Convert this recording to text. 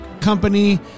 company